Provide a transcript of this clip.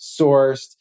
sourced